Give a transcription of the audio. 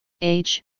age